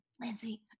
Lindsay